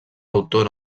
autor